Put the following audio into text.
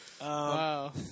Wow